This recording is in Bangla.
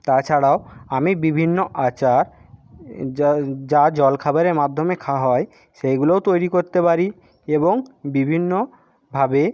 তাছাড়াও আমি বিভিন্ন আচার যা জলখাবারের মাধ্যমে খাওয়া হয় সেইগুলোও তৈরি করতে পারি এবং বিভিন্নভাবে